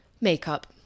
Makeup